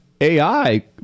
AI